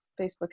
Facebook